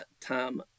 time